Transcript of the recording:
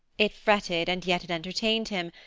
it fretted and yet it entertained him,